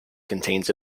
contains